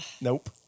Nope